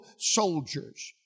soldiers